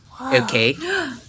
Okay